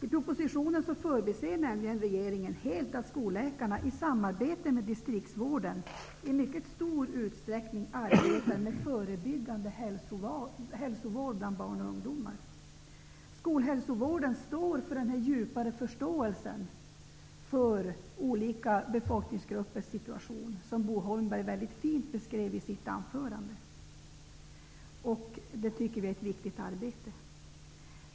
Regeringen förbiser i propositionen helt att skolläkarna i samarbete med distriktsvården i mycket stor utsträckning arbetar med förebyggande hälsovård bland barn och ungdomar. Skolhälsovården står för den djupare förståelse för olika befolkningsgruppers situation som Bo Holmberg beskrev väldigt fint i sitt anförande. Vi tycker att det är ett viktigt arbete.